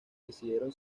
decidieron